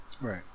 Right